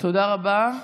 תודה רבה.